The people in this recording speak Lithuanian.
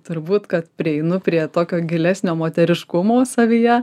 turbūt kad prieinu prie tokio gilesnio moteriškumo savyje